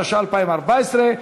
התשע"ה 2014,